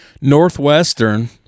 Northwestern